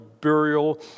burial